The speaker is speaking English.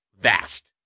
vast